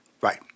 Right